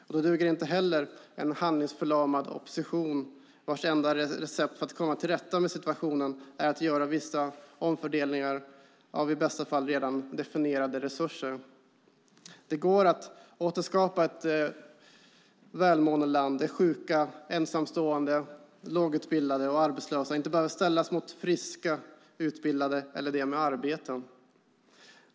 Och då duger inte heller en handlingsförlamad opposition, vars enda recept för att komma till rätta med situationen är att göra vissa omfördelningar av i bästa fall redan definierade resurser. Det går att återskapa ett välmående land, där sjuka, ensamstående, lågutbildade och arbetslösa inte behöver ställas mot friska, utbildade eller dem med arbeten.